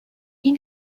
این